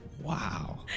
wow